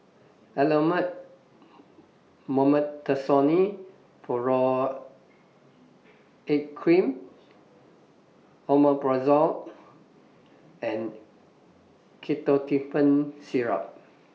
Elomet Mometasone Furoate Cream Omeprazole and Ketotifen Syrup